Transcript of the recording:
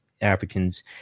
africans